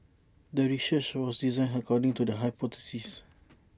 the research was designed according to the hypothesis